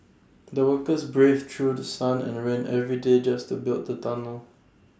the workers braved through The Sun and rain every day just to build the tunnel